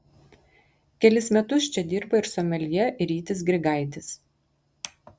kelis metus čia dirba ir someljė rytis grigaitis